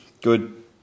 Good